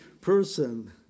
person